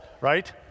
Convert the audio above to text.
right